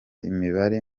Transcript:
imibare